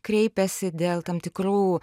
kreipiasi dėl tam tikrų